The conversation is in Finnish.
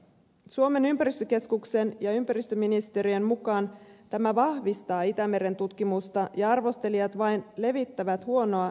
suomen ympäristökeskuksen ja ympäristöministeriön mukaan tämä vahvistaa itämeren tutkimusta ja arvostelijat vain levittävät huonoa ilmapiiriä